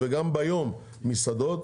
וגם ביום מסעדות,